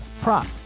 prop